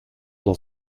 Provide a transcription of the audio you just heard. dans